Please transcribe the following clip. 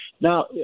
Now